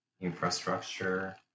infrastructure